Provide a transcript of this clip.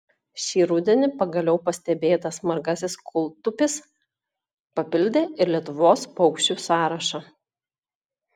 šį rudenį pagaliau pastebėtas margasis kūltupis papildė ir lietuvos paukščių sąrašą